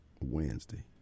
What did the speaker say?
Wednesday